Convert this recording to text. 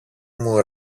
μου